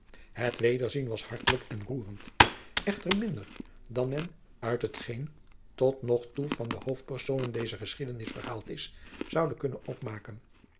het wederzien was hartelijk en roerend echter minder dan men uit hetgeen tot nog toe van de hoofdpersonen dezer geschiedenis verhaald is zoude kunnen opmaken